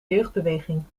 jeugdbeweging